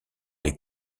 les